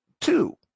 two